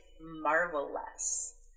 marvelous